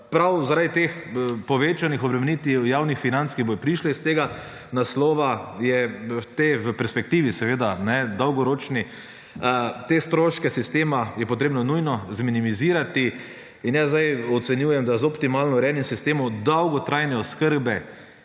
prav zaradi teh povečanih obremenitev javnih financ, ki bodo prišle iz tega naslova je te v perspektivi seveda dolgoročni te stroške sistema je potrebno nujno zminimizirati. In jaz ocenjujem, da z optimalno urejenim sistemom dolgotrajne oskrbe,